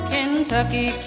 Kentucky